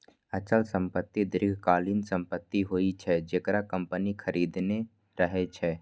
अचल संपत्ति दीर्घकालीन संपत्ति होइ छै, जेकरा कंपनी खरीदने रहै छै